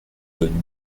bonne